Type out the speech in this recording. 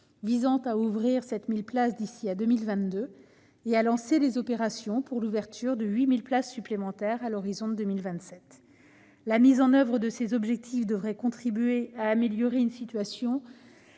visant à ouvrir 7 000 places d'ici à 2022 ... Nous y arrivons !... et à lancer les opérations pour l'ouverture de 8 000 places supplémentaires à l'horizon de 2027. La mise en oeuvre de ces objectifs devrait contribuer à améliorer une situation